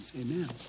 Amen